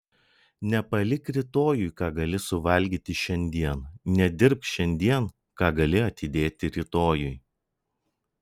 nepalik rytojui ką gali suvalgyti šiandien nedirbk šiandien ką gali atidėti rytojui